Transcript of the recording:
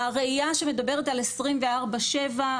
הראייה שמדברת על 24/7,